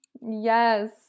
Yes